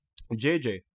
JJ